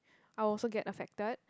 I will also get affected